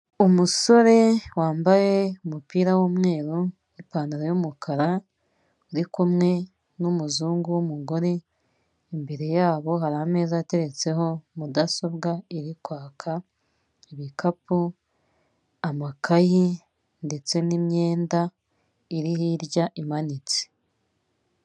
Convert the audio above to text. Umusore wambaye umupira w'umweru, ipantaro yumukara, uri kumwe n'umuzungu wumugore, imbere yabo hari ameza ateretseho mudasobwa iri kwaka, ibikapu, amakayi ndetse n'imyenda iri hirya imanitse.